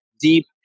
deep